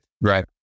Right